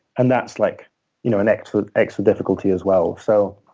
and that's like you know an extra extra difficulty as well. so